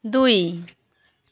दुई